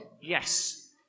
yes